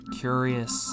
curious